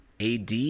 AD